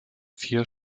vier